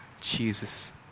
jesus